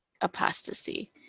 apostasy